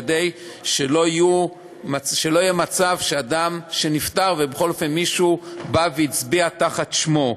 כדי שלא יהיה מצב שאדם נפטר ובכל זאת מישהו בא והצביע תחת שמו.